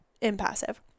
impassive